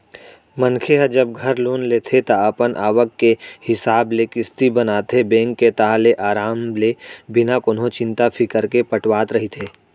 मनखे ह जब घर लोन लेथे ता अपन आवक के हिसाब ले किस्ती बनाथे बेंक के ताहले अराम ले बिना कोनो चिंता फिकर के पटावत रहिथे